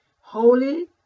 holy